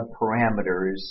parameters